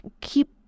keep